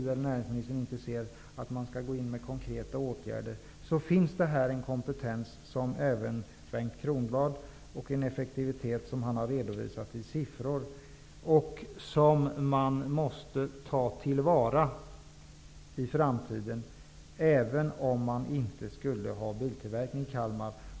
Även om näringsministern inte tycker att man nu skall gå in med konkreta åtgärder finns det här en kompetens och effektivitet, som Bengt Kronblad har redovisat i siffror och som man måste ta till vara i framtiden, även om det inte skulle ske biltillverkning i Kalmar.